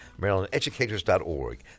MarylandEducators.org